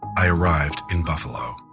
i arrived in buffalo.